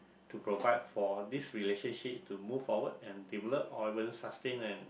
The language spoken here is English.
to provide for this relationship to move forward and develop or even sustain and